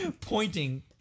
pointing